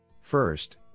First